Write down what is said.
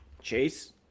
Chase